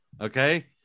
Okay